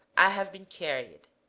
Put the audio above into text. i have been carried